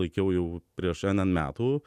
laikiau jau prieš n n metų